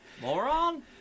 Moron